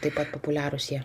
taip pat populiarūs jie